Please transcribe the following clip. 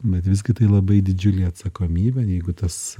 bet visgi tai labai didžiulė atsakomybė jeigu tas